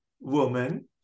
woman